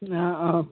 ꯑꯥ ꯑꯧ